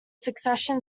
succession